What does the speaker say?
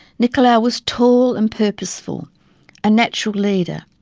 nicolau was tall and purposeful a natural leader,